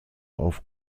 auf